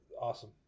awesome